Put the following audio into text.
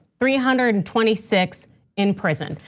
three hundred and twenty six in prison.